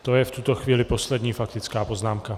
To je v tuto chvíli poslední faktická poznámka.